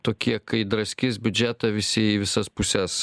tokie kai draskys biudžetą visi į visas puses